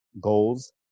goals